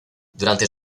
durante